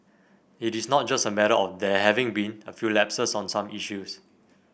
it is not just a matter of there having been few lapses on some issues